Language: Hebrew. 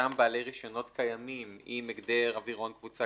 יראו אותם בעלי רישיונות קיימים עם הגדר אווירון קבוצה